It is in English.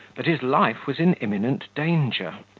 that his life was in imminent danger,